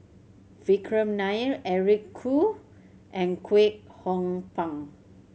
Vikram Nair Eric Khoo and Kwek Hong Png